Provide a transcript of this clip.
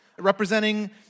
representing